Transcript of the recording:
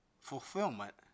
fulfillment